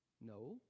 No